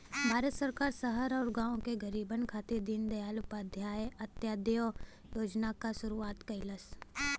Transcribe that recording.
भारत सरकार शहर आउर गाँव के गरीबन खातिर दीनदयाल उपाध्याय अंत्योदय योजना क शुरूआत कइलस